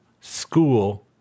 school